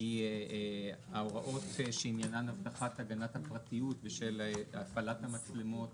היא ההוראות שעניינן הבטחת הגנת הפרטיות ושל הגבלת המצלמות